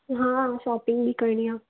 हा शॉपिंग बि करिणी आहे